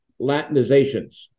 Latinizations